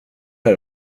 det